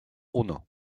uno